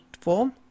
form